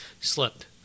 slipped